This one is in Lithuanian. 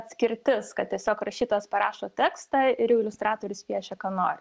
atskirtis kad tiesiog rašytojas parašo tekstą ir iliustratorius piešia ką nori